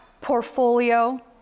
portfolio